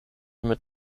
mit